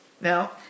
Now